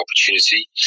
opportunity